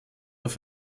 auf